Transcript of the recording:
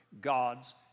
God's